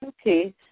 Okay